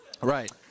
Right